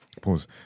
Pause